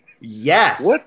Yes